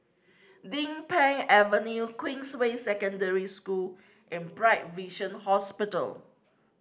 Din Pang Avenue Queensway Secondary School and Bright Vision Hospital